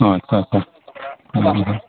औ औ औ